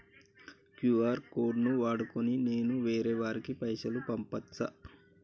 QR code ను వాడుకొని నేను వేరే వారికి పైసలు పంపచ్చా?